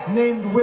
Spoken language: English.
named